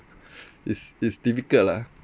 it's it's difficult lah